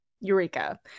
Eureka